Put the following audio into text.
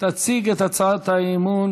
תציג את הצעת האי-אמון,